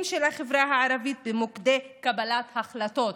של החברה הערבית במוקדי קבלת ההחלטות,